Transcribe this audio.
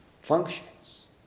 functions